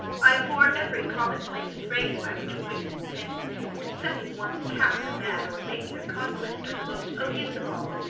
i abhor every common-place phrase by which wit is intended and setting one's cap at a man or making a conquest are the most odious of all.